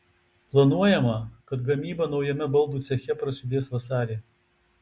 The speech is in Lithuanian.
planuojama kad gamyba naujame baldų ceche prasidės vasarį